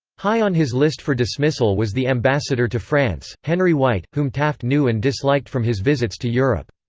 high on his list for dismissal was the ambassador to france, henry white, whom taft knew and disliked from his visits to europe.